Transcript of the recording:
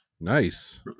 Nice